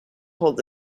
hold